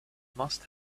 must